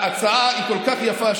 ההצעה היא כל כך יפה,